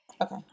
Okay